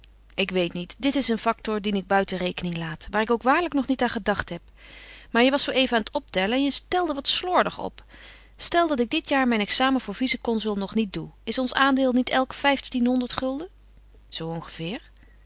ik ik weet het niet dit is een factor dien ik buiten rekening laat waar ik ook waarlijk nog niet aan gedacht heb maar je was zoo even aan het optellen en je telde wat slordig op stel dat ik dit jaar mijn examen voor vice consul nog niet doe is ons aandeel niet elk vijftienhonderd gulden zoo ongeveer